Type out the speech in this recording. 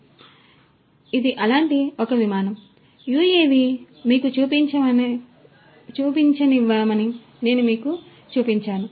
కాబట్టి ఇది అలాంటి ఒక విమానం ఆ UAV ని మీకు చూపించనివ్వమని నేను మీకు చూపించాను